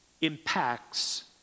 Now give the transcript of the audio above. impacts